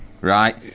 Right